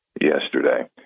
Yesterday